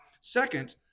second